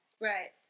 Right